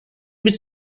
mit